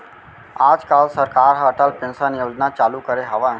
आज काल सरकार ह अटल पेंसन योजना चालू करे हवय